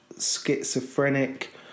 ...schizophrenic